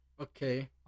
Okay